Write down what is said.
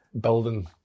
building